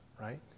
right